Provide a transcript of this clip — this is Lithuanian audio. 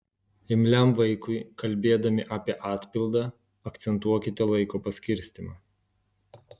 imliam vaikui kalbėdami apie atpildą akcentuokite laiko paskirstymą